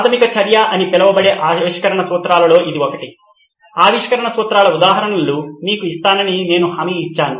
ప్రాధమిక చర్య అని పిలువబడే ఆవిష్కరణ సూత్రాలలో ఇది ఒకటి ఆవిష్కరణ సూత్రాల ఉదాహరణలు మీకు ఇస్తానని నేను హామీ ఇచ్చాను